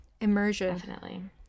Immersion